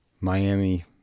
Miami